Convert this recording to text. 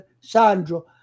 Sandro